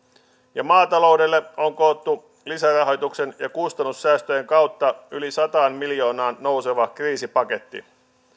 ja maataloudelle on koottu lisärahoituksen ja kustannussäästöjen kautta yli sataan miljoonaan nouseva kriisipaketti